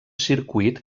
circuit